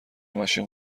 ماشین